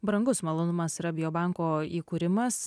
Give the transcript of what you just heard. brangus malonumas yra biobanko įkūrimas